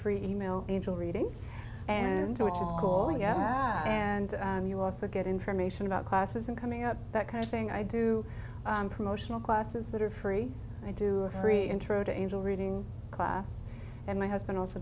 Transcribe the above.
free e mail angel reading and which is cool and you also get information about classes and coming up that kind of thing i do promotional classes that are free i do a free intro to angel reading class and my husband also